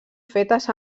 fetes